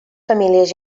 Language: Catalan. famílies